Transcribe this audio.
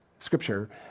Scripture